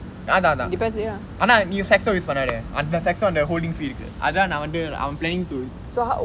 அதான் அதான் ஆனா நீ:athaan athaan aanaa nee sacso use பன்னாதே அந்த:pannaathe antha sacso holding free இருக்கு அதான் நா வந்து:irukku athaan naa vanthu I'm planning to